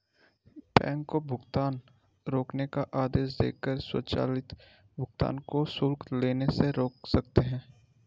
bank को भुगतान रोकने का आदेश देकर स्वचालित भुगतान को शुल्क लेने से रोक सकते हैं